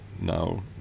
now